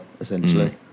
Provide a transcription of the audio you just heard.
essentially